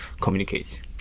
communicate